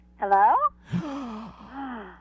Hello